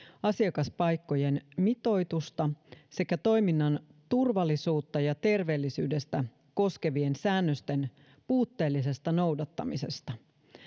asiakaspaikkojen mitoitusta sekä toiminnan turvallisuutta ja terveellisyyttä koskevien säännösten puutteellisesta noudattamisesta